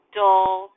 dull